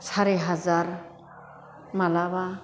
सारि हाजार मालाबा